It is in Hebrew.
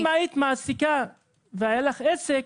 אם היית מעסיקה והיה לך עסק,